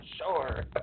sure